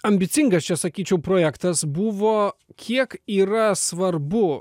ambicingas čia sakyčiau projektas buvo kiek yra svarbu